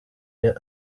iyo